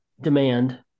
demand